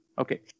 okay